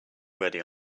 ready